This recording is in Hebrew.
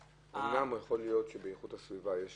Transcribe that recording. אומנם יכול להיות שבאיכות הסביבה יש